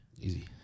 Easy